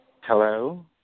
hello